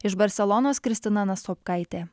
iš barselonos kristina nastopkaitė